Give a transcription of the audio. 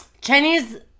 Chinese